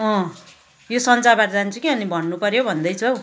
अँ यो सन्चरबार जान्छु कि अनि भन्नु पऱ्यो भन्दैछु हौ